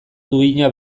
duina